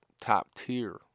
top-tier